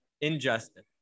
injustice